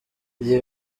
iyi